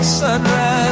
sunrise